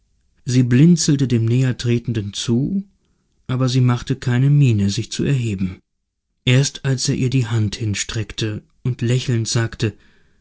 sie blinzelte dem nähertretenden zu aber sie machte keine miene sich zu erheben erst als er ihr die hand hinstreckte und lächelnd sagte